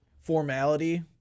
formality